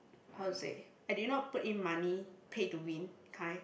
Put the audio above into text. how to say I did not put in money pay to win kind